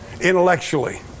Intellectually